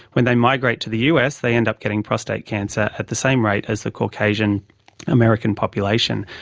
when they migrate to the us they end up getting prostate cancer at the same rate as the caucasian american population.